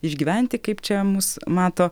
išgyventi kaip čia mus mato